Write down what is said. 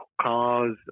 cars